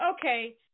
okay